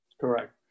Correct